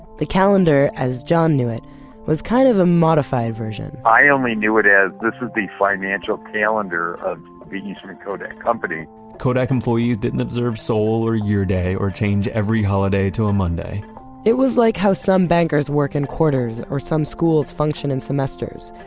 the calendar as john knew it was kind of a modified version i only knew it as this was the financial calendar of the eastman kodak company kodak employees didn't observe sol or year day, or change every holiday to a monday it was like how some bankers work in quarters, or some schools function in semesters.